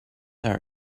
are